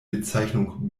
bezeichnung